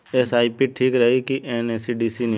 SIP ठीक रही कि एन.सी.डी निवेश?